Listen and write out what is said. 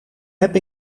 heb